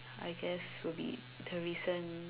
I guess will be the recent